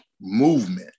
movement